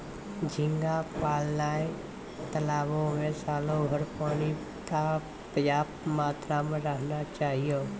झींगा पालय ल तालाबो में सालोभर पानी पर्याप्त मात्रा में रहना चाहियो